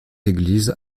église